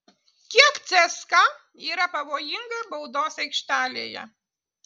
kiek cska yra pavojinga baudos aikštelėje